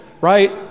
right